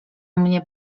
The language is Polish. mnie